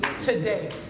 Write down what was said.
today